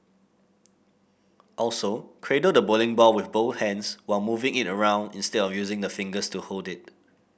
also cradle the bowling ball with both hands while moving it around instead of using the fingers to hold it